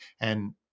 And-